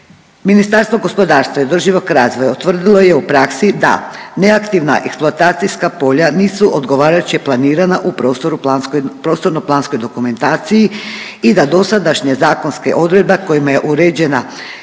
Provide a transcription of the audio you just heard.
Ministarstvo gospodarstva i održivoga razvoja utvrdilo je u praksi da neaktivna eksploatacijska polja nisu odgovarajuće planirana u prostorno-planskoj dokumentaciji i da dosadašnja zakonske odredba kojima je uređena